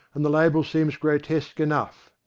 and the label seems grotesque enough.